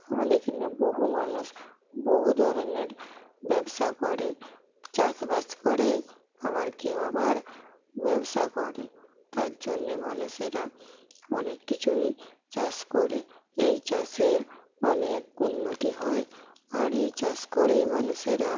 আমাদের এখানের বহু মানুষ বহু ধরনের ব্যবসা করে চাষবাস করে আবার কেউ আবার ব্যবসা করে তার জন্যে মানুষেরা অনেক কিছুই চাষ করে এই চাষে অনেক উন্নতি হয় আর এই চাষ করেই মানুষেরা